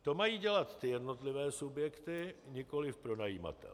To mají dělat ty jednotlivé subjekty, nikoliv pronajímatel.